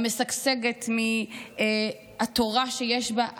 המשגשגת מהתורה שיש בה,